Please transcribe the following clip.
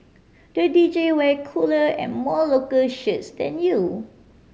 the D J wear cooler and more local shirts than you